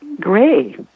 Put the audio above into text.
gray